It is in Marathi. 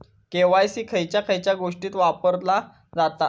के.वाय.सी खयच्या खयच्या गोष्टीत वापरला जाता?